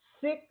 six